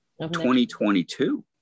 2022